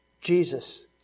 Jesus